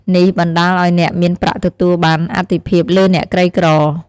នេះបណ្ដាលឲ្យអ្នកមានប្រាក់ទទួលបានអាទិភាពលើអ្នកក្រីក្រ។